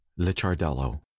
Lichardello